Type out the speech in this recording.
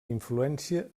influència